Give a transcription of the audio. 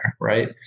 right